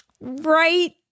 Right